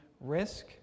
Risk